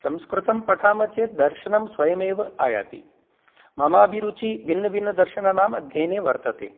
संस्कृतं पठामः चेत् दर्शनं स्वयमेव आयाति मम अभिरुचिः भिन्नभिन्नदर्शनानाम् अध्ययने वर्तते